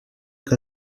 que